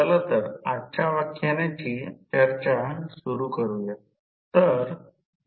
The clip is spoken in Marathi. चला तर आजच्या व्याख्यानाची चर्चा सुरू करूया